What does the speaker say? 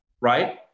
right